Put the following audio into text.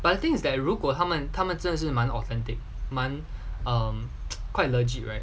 but the thing is that 如果他们他们真的是蛮 authentic 蛮 um quite legit right